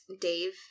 Dave